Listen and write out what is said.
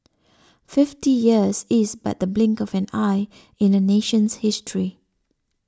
fifty years is but the blink of an eye in a nation's history